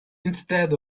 instead